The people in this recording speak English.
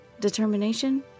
Determination